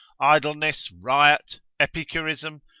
idleness, riot, epicurism,